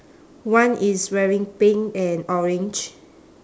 one is wearing pink and orange